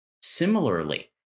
Similarly